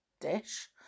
dish